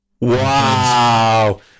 Wow